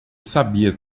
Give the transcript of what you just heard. sabia